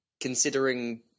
considering